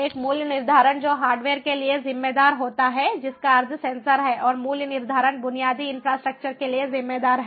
एक मूल्य निर्धारण जो हार्डवेयर के लिए जिम्मेदार होता है जिसका अर्थ सेंसर है और मूल्य निर्धारण बुनियादी इंफ्रास्ट्रक्चर के लिए जिम्मेदार है